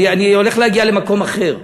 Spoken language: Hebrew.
אני הולך להגיע למקום אחר.